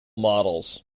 models